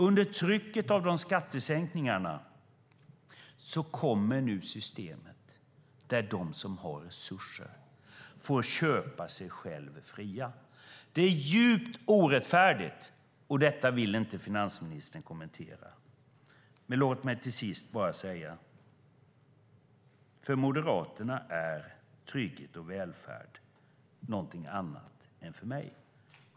Under trycket av skattesänkningarna kommer nu systemet där de som har resurser får köpa sig fria. Det är djupt orättfärdigt, men finansministern vill inte kommentera det. Låt mig till sist säga: För Moderaterna är trygghet och välfärd något annat än för mig.